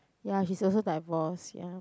ya she's also divorce ya